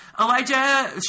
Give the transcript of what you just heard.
Elijah